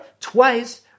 twice